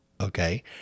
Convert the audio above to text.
Okay